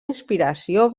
inspiració